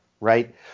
right